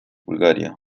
bulgaria